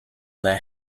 their